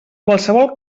qualsevol